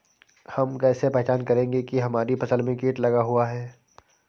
हम कैसे पहचान करेंगे की हमारी फसल में कीट लगा हुआ है?